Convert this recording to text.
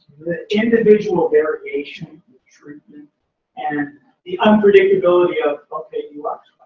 the individual variation of treatment and the unpredictability of, okay, you